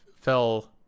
fell